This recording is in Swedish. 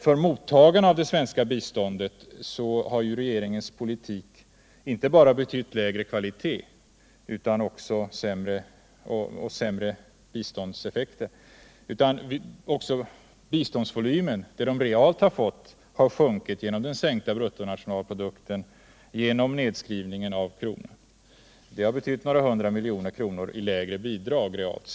För mottagarna av det svenska biståndet har regeringens politik betytt inte bara lägre kvalitet och sämre biståndseffekter utan också att den reala biståndsvolymen har sjunkit genom den sänkta bruttonationalprodukten och genom nedskrivningen av kronan. Det har i u-länderna betytt några hundra miljoner kronor i lägre bidrag.